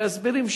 וההסברים שניתנו,